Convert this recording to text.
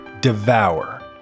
devour